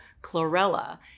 chlorella